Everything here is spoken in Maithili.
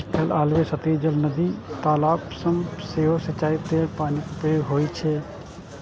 एकर अलावे सतही जल, नदी, तालाब सं सेहो सिंचाइ लेल पानिक उपयोग होइ छै